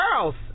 girls